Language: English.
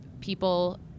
people